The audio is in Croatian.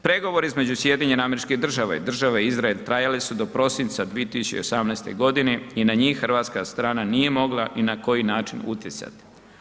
Pregovori između SAD-a i države Izrael trajale su do prosinca 2018. godine i na njih hrvatska strana nije mogla ni na koji način utjecati.